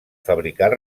fabricar